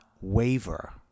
waver